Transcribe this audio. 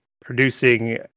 producing